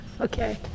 okay